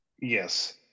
Yes